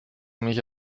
mich